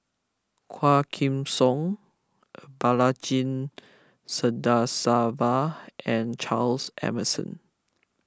Quah Kim Song Balaji Sadasivan and Charles Emmerson